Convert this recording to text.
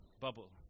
bubble